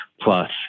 Plus